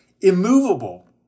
immovable